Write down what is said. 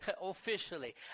officially